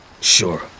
Sure